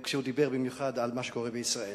ובמיוחד כשהוא דיבר על מה שקורה בישראל.